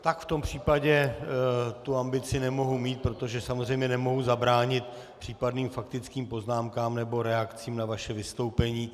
V tom případě ambici nemohu mít, protože samozřejmě nemohu zabránit případným faktickým poznámkám nebo reakcím na vaše vystoupení.